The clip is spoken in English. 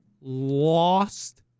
lost